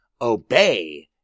Obey